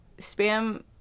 spam